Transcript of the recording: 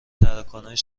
تراکنش